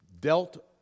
dealt